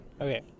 Okay